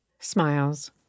Smiles